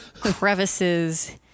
crevices